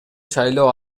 шайлоо